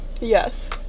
Yes